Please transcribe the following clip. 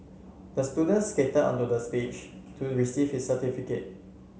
the student skated onto the stage to receive his certificate